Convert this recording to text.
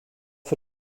für